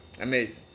Amazing